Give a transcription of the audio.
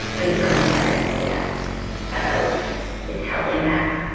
confirmed evidence yet about its health impacts.